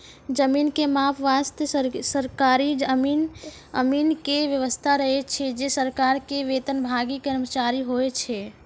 जमीन के माप वास्तॅ सरकारी अमीन के व्यवस्था रहै छै जे सरकार के वेतनभागी कर्मचारी होय छै